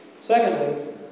Secondly